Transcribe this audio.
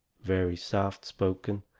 very soft-spoken,